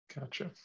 Gotcha